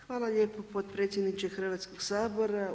Hvala lijepo potpredsjedniče Hrvatskog sabora.